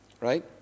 Right